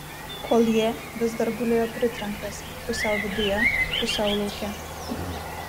koljė vis dar gulėjo pritrenktas pusiau viduje pusiau lauke